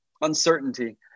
uncertainty